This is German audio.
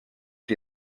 die